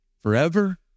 forever